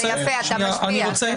זה יפה, אתה משפיע.